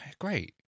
great